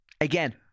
Again